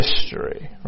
history